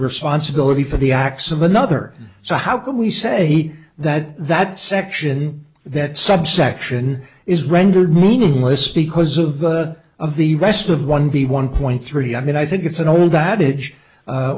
responsibility for the acts of another so how can we say that that section that subsection is rendered meaningless because of of the rest of one b one point three i mean i think it's an old adage